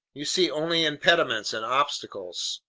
you see only impediments and obstacles!